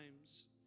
times